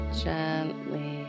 gently